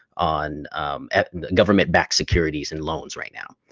on government backed securities and loans right now.